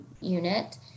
unit